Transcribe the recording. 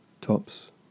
Tops